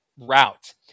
Route